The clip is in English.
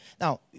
Now